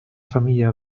famiglia